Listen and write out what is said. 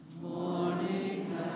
morning